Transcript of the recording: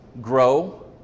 grow